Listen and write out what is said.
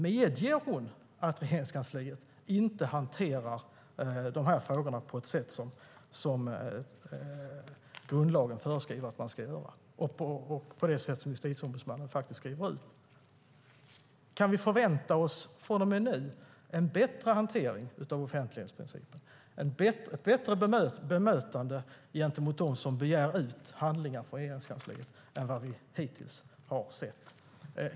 Medger hon att Regeringskansliet inte hanterar frågorna på det sätt som grundlagen föreskriver att man ska och på det sätt som Justitieombudsmannen skriver? Kan vi från och med nu förvänta oss bättre hantering av offentlighetsprincipen och ett bättre bemötande av dem som begär ut handlingar från Regeringskansliet än vi hittills har sett?